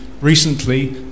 recently